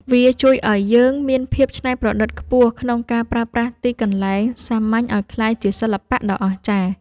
វាជួយឱ្យយើងមានភាពច្នៃប្រឌិតខ្ពស់ក្នុងការប្រើប្រាស់ទីកន្លែងសាមញ្ញឱ្យក្លាយជាសិល្បៈដ៏អស្ចារ្យ។